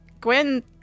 Gwen